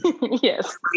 yes